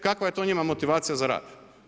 Kakva je to njima motivacija za rad?